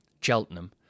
Cheltenham